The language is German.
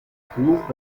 buch